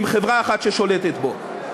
עם חברה אחת ששולטת בו.